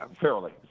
Fairly